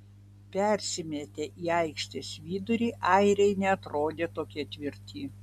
persimetę į aikštės vidurį airiai neatrodė tokie tvirti